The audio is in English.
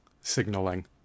signaling